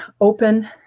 open